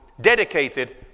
dedicated